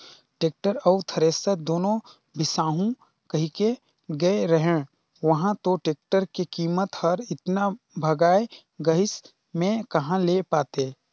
tractor अउ thresher दुनो बिसाहू कहिके गे रेहेंव उंहा तो टेक्टर के कीमत हर एतना भंगाए गइस में कहा ले पातें